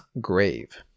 grave